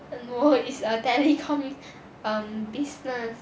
no is a telecom err business